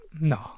no